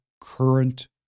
current